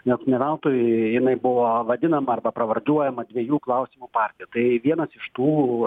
juk ne veltui jinai buvo vadinama arba pravardžiuojema dviejų klausimų partija tai vienas iš tų